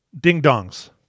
ding-dongs